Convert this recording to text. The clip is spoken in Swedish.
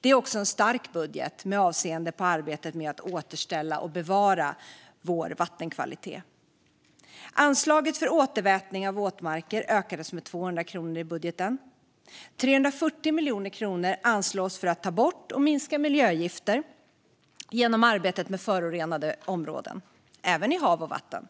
Det är också en stark budget med avseende på arbetet med att återställa och bevara vår vattenkvalitet. Anslaget för återvätning av våtmarker ökas med 200 miljoner kronor i budgeten. Det anslås 340 miljoner kronor för att ta bort och minska miljögifter genom arbetet med förorenade områden, även i hav och vatten.